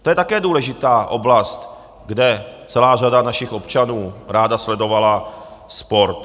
To je také důležitá oblast, kde celá řada našich občanů ráda sledovala sport.